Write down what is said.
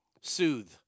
Soothe